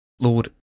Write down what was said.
Lord